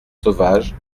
sauvages